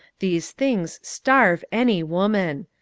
these things starve any woman.